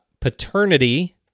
Paternity